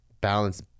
balance